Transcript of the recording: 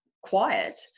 quiet